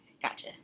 Gotcha